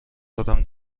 دارم